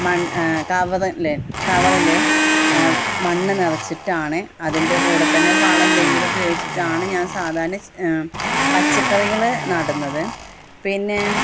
മൺ കവറില് കവറില് മണ്ണ് നിറച്ചിട്ടാണ് അതിൻ്റെ കൂടെ തന്നെ വളം എന്തെങ്കിലും ഉപയോഗിച്ചിട്ടാണ് ഞാൻ സാധാരണ പച്ചക്കറികള് നടുന്നത് പിന്നെ